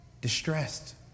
distressed